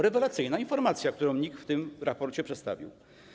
Rewelacyjna informacja, którą NIK w tym raporcie przedstawił.